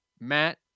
Matt